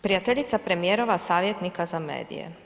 Prijateljica premijerova savjetnika za medije.